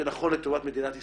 זה נכון לטובת מדינת ישראל,